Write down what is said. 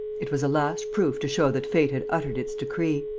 it was a last proof to show that fate had uttered its decree.